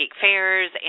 fairs